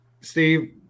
Steve